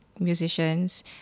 musicians